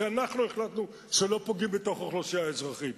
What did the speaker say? כי אנחנו החלטנו שלא פוגעים בתוך אוכלוסייה אזרחית.